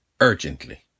Urgently